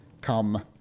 come